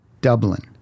Dublin